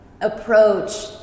approach